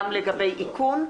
גם לגבי איכון.